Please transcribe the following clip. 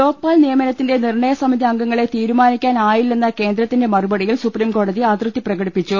ലോക്പാൽ നിയമനത്തിന്റെ നിർണ്ണയ സമിതി അംഗങ്ങളെ തീരുമാനിക്കാനായില്ലെന്ന കേന്ദ്രത്തിന്റെ മറുപടിയിൽ സുപ്രീംകോ ടതി അതൃപ്തി പ്രകടിപ്പിച്ചു